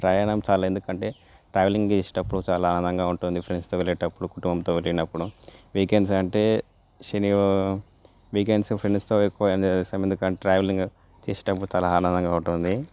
ప్రయాణం చాలా ఎందుకంటే ట్రావెలింగ్ చేసేటప్పుడు చాలా ఆనందంగా ఉంటుంది ఫ్రెండ్స్తో వెళ్లేటప్పుడు కుటుంబంతో వెళ్ళినప్పుడు వీకెండ్స్ అంటే శని వీకెండ్స్ ఫ్రెండ్స్తో ఎక్కువ ఎంజాయ్ చేస్తాం ఎందుకంటే ట్రావెలింగ్ ఇష్టం చాలా ఆనందంగా ఉంటుంది